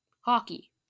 hockey